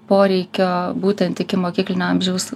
poreikio būtent ikimokyklinio amžiaus